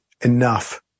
enough